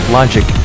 Logic